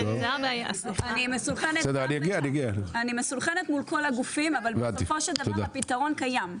אני מסונכרנת מול כל הגופים אבל בסופו של דבר הפתרון קיים.